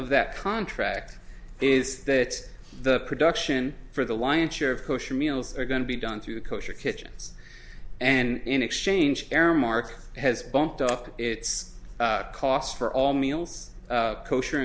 of that contract is that the production for the lion's share of kosher meals are going to be done through a kosher kitchen and in exchange aramark has bumped up its cost for all meals kosher